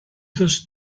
this